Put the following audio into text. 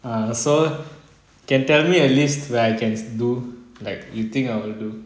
ah so can tell me a list where I can s~ do like you think I will do